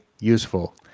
useful